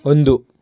ಒಂದು